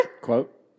Quote